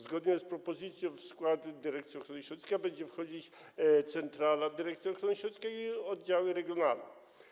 Zgodnie z propozycją w skład Dyrekcji Ochrony Środowiska będzie wchodzić centrala Dyrekcji Ochrony Środowiska i oddziały regionalne.